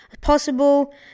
possible